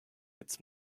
it’s